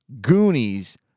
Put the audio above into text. Goonies